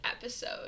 episode